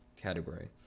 category